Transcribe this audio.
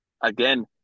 again